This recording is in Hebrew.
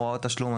"הוראת תשלום",